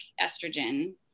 estrogen